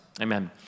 Amen